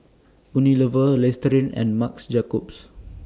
Unilever Listerine and Marc's Jacobs